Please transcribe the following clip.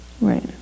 Right